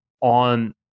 on